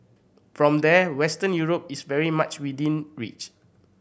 from there Western Europe is very much within reach